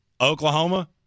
Oklahoma